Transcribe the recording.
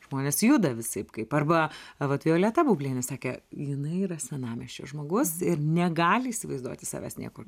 žmonės juda visaip kaip arba vat violeta baublienė sakė jinai yra senamiesčio žmogus ir negali įsivaizduoti savęs niekur